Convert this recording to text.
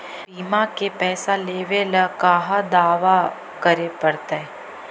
बिमा के पैसा लेबे ल कहा दावा करे पड़तै?